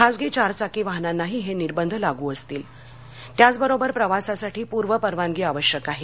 खाजगी चार चाकी वाहनांनाही हे निर्बंध लागू असतील त्याचबरोबर प्रवासासाठी पूर्वपरवानगी आवश्यक आहे